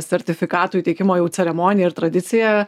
sertifikatų įteikimo jau ceremoniją ir tradiciją